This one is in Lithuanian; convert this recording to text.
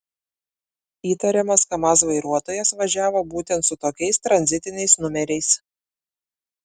įtariamas kamaz vairuotojas važiavo būtent su tokiais tranzitiniais numeriais